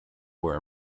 were